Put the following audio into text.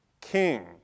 king